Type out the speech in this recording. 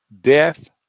death